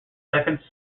second